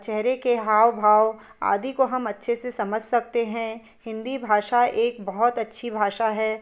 चेहरे के हाव भाव आदि को हम अच्छे से समझ सकते हैं हिंदी भाषा एक बहुत अच्छी भाषा है